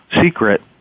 secret